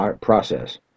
process